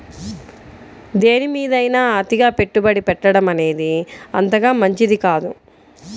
దేనిమీదైనా అతిగా పెట్టుబడి పెట్టడమనేది అంతగా మంచిది కాదు